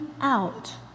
out